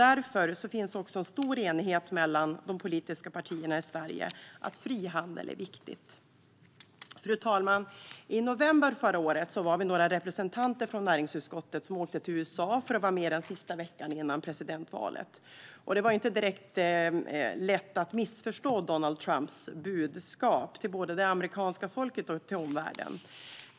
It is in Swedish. Därför finns det också en stor enighet mellan de politiska partierna i Sverige om att frihandel är viktigt. I november förra året var vi några representanter från näringsutskottet som åkte till USA för att följa den sista veckan före presidentvalet. Och det gick inte att missförstå Donald Trumps budskap både till det amerikanska folket och till omvärlden.